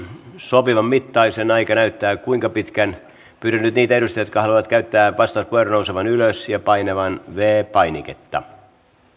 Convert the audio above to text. sopivan mittaisena aika näyttää kuinka pitkän pyydän nyt niitä edustajia jotka haluavat käyttää vastauspuheenvuoron nousemaan ylös ja painamaan viides painiketta